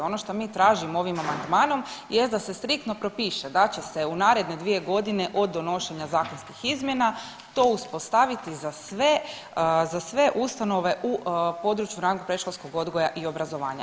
Ono što mi tražimo ovim amandmanom jest da se striktno propiše da će se u naredne 2 godine od donošenja zakonskih izmjena to uspostaviti za sve ustanove u području ranog predškolskog odgoja i obrazovanja.